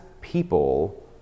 people